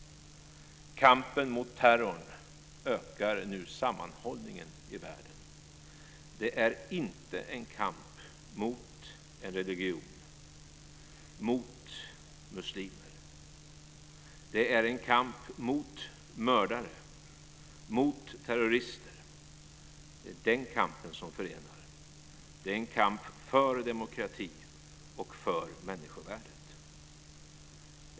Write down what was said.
Kampen mot terrorn ökar nu sammanhållningen i världen. Det är inte en kamp mot en religion, mot muslimer. Det är en kamp mot mördare och mot terrorister. Det är den kampen som förenar. Det är en kamp för demokrati och för människovärdet.